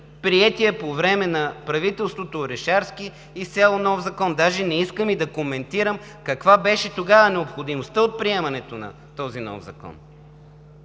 приетия по време на правителството Орешарски изцяло нов закон. Даже не искам и да коментирам каква беше тогава необходимостта от приемането на този нов закон.